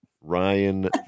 Ryan